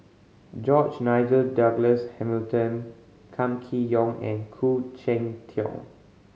George Nigel Douglas Hamilton Kam Kee Yong and Khoo Cheng Tiong